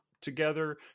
together